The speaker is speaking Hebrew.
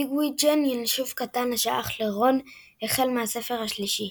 פיגווידג'ן – ינשוף קטן השייך לרון החל מהספר השלישי.